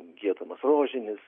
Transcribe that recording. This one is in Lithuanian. giedamas rožinis